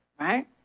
right